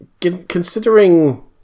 considering